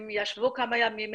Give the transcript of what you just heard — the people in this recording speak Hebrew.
הם ישבו כמה ימים.